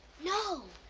no,